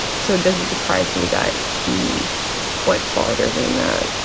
so it doesn't surprise me that he went farther than that.